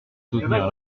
soutenir